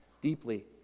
deeply